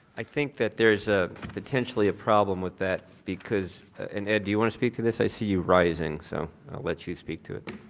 i think that there is ah potentially a problem with that because and ed, do you want to speak to this? i see you rising so i'll let you you speak to it.